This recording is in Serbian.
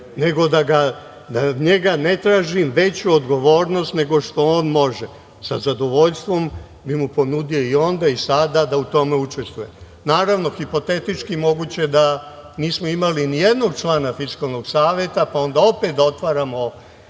nego da od njega ne tražim veću odgovornost nego što on može. Sa zadovoljstvom bi mu ponudio i onda i sada da u tome učestvuje. Naravno, hipotetički moguće da nismo imali ni jednog člana Fiskalnog saveta, pa onda opet da otvaramo,